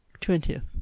Twentieth